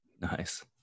Nice